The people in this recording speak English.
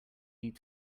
need